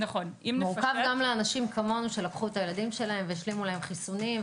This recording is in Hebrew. גם לאנשים כמונו שלקחו את הילדים שלהם והשלימו להם חיסונים.